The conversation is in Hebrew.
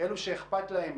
כל הגורמים שאכפת להם